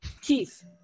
Keith